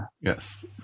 Yes